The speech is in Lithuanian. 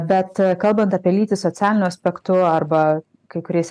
bet kalbant apie lytį socialiniu aspektu arba kai kuriais